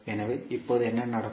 எனவே இப்போது என்ன நடக்கும்